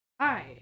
Hi